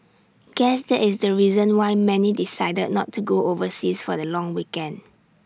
guess that is the reason why many decided not to go overseas for the long weekend